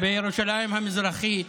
בירושלים המזרחית